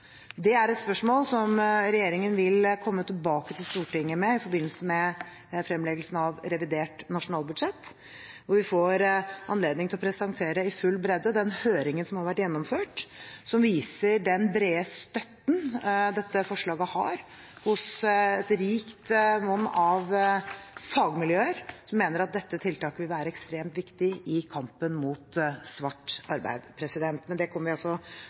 Det er et spørsmål som regjeringen vil komme tilbake til Stortinget med i forbindelse med fremleggelsen av revidert nasjonalbudsjett, hvor vi får anledning til å presentere i full bredde den høringen som har vært gjennomført, som viser den brede støtten dette forslaget har, hos et rikt monn av fagmiljøer, som mener at dette tiltaket vil være ekstremt viktig i kampen mot svart arbeid. Men det kommer vi